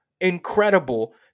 Incredible